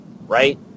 right